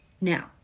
Now